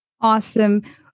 Awesome